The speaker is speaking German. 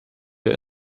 der